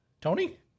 Tony